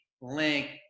link